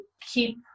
keep